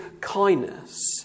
kindness